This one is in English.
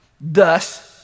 Thus